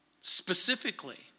specifically